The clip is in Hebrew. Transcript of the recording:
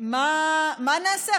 מה נעשה,